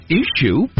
issue